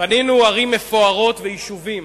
בנינו ערים מפוארות ויישובים